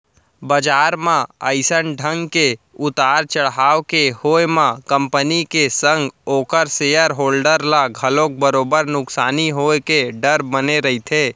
बजार म अइसन ढंग के उतार चड़हाव के होय म कंपनी के संग ओखर सेयर होल्डर ल घलोक बरोबर नुकसानी होय के डर बने रहिथे